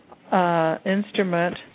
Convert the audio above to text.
instrument